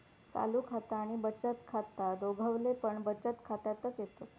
चालू खाता आणि बचत खाता दोघवले पण बचत खात्यातच येतत